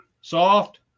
soft